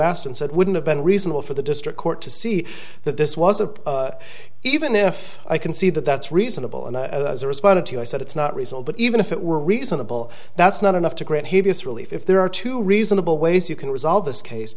asked and said wouldn't have been reasonable for the district court to see that this was a even if i can see that that's reasonable and i responded to i said it's not result but even if it were reasonable that's not enough to grant he vs relief if there are two reasonable ways you can resolve this case